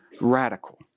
radical